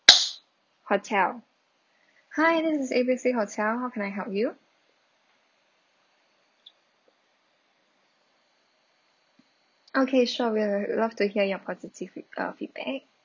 hotel hi this is A B C hotel how can I help you okay sure we love to hear your positive uh feedback